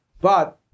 But-